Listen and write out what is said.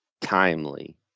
timely